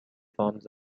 forms